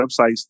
websites